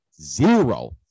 zero